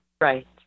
right